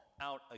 out